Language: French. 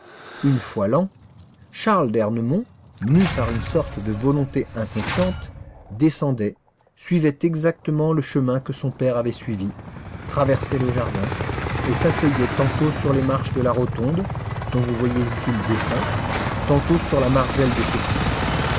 une fois l'an charles d'ernemont mû par une sorte de volonté inconsciente descendait suivait exactement le chemin que son père avait suivi traversait le jardin et s'asseyait tantôt sur les marches de la rotonde dont vous voyez ici le dessin tantôt sur la margelle de ce puits